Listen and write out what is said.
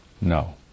No